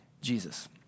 Jesus